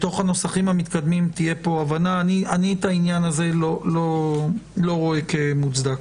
את העניין הזה אני לא רואה כמוצדקת.